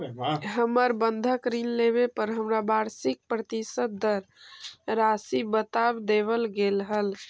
हमर बंधक ऋण लेवे पर हमरा वार्षिक प्रतिशत दर राशी बता देवल गेल हल